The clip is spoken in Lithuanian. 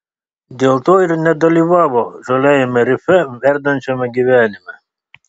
dėl to ir nedalyvavo žaliajame rife verdančiame gyvenime